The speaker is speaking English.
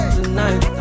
Tonight